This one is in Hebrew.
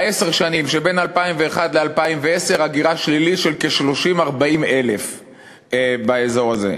בעשר השנים שבין 2001 ל-2010 הגירה שלילית של 30,000 40,000 באזור הזה.